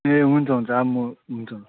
ए हुन्छ हुन्छ आ म हुन्छ